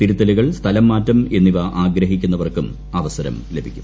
തിരുത്തലുകൾ സ്ഥലംമാറ്റം എന്നിവ ആഗ്രഹിക്കുന്നവർക്കും അവസരം ലഭിക്കും